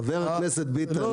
חבר הכנסת ביטן,